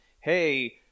hey